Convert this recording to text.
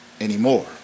anymore